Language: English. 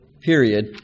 period